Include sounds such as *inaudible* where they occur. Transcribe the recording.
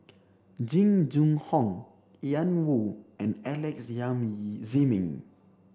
Jing Jun Hong Ian Woo and Alex *unintelligible* Ziming